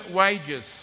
wages